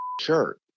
shirt